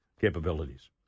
capabilities